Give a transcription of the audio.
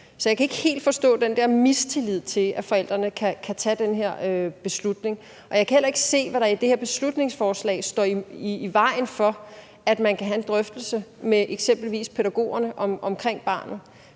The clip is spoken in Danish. Så jeg kan ikke helt forstå den mistillid til, at forældrene kan tage den her beslutning, og jeg kan heller ikke se, hvad der i det her beslutningsforslag står i vejen for, at man kan have en drøftelse med eksempelvis pædagogerne om barnet.